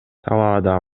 талаада